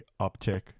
uptick